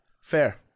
Fair